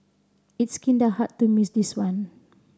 it's kinda hard to miss this one